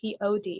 Pod